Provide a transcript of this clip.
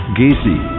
gacy